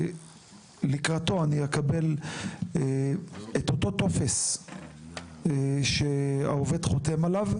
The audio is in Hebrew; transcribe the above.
לקראתו אני אקבל את אותו טופס שהעובד חותם עליו,